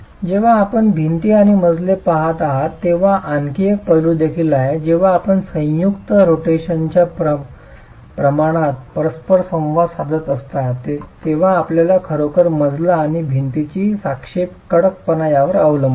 जेव्हा आपण भिंती आणि मजले पहात आहात तेव्हा आणखी एक पैलू देखील आहे जेव्हा आपण संयुक्त रोटेशनच्या प्रमाणात परस्परसंवाद साधत असता तेव्हा आपल्याला खरोखर मजला आणि भिंतीची सापेक्ष कडकपणा यावर अवलंबून असते